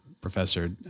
Professor